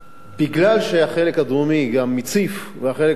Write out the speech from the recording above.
בגלל שהחלק הדרומי גם הציף והחלק הצפוני,